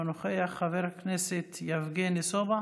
אינו נוכח, חבר הכנסת יבגני סובה,